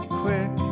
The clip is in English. quick